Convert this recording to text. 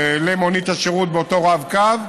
למונית השירות, באותו רב-קו,